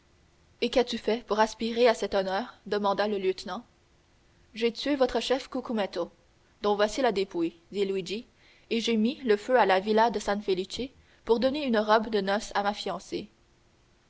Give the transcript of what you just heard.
et qu'as-tu fait pour aspirer à cet honneur demanda le lieutenant j'ai tué votre chef cucumetto dont voici la dépouille dit luigi et j'ai mis le feu à la villa de san felice pour donner une robe de noce à ma fiancée